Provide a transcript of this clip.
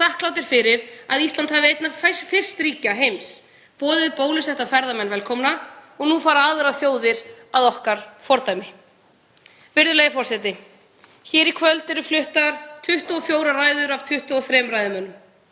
landsins, þakklátir fyrir að Ísland hafi eitt fyrst ríkja heims boðið bólusetta ferðamenn velkomna og nú fara aðrar þjóðir að okkar fordæmi. Virðulegi forseti Hér í kvöld eru fluttar 24 ræður af 23 ræðumönnum.